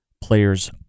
players